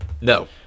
No